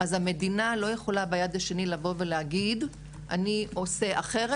המדינה לא יכולה ביד השנייה לבוא ולהגיד "אני עושה אחרת